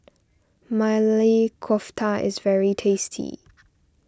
Maili Kofta is very tasty